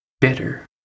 bitter